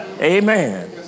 Amen